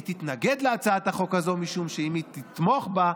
היא תתנגד להצעת החוק הזאת משום שאם היא תתמוך בה,